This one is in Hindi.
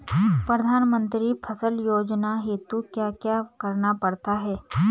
प्रधानमंत्री फसल योजना हेतु क्या क्या करना पड़ता है?